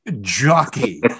jockey